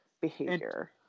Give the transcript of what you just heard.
behavior